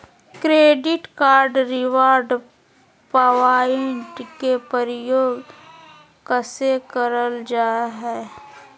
Credit card reward point के प्रयोग कैसे करल जा है?